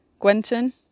Gwenton